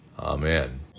Amen